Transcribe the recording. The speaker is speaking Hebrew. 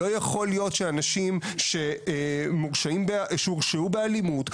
לא יכול להיות שאנשים שהורשעו באלימות,